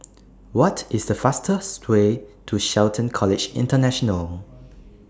What IS The fastest Way to Shelton College International